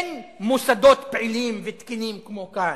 אין מוסדות פעילים ותקינים כמו כאן.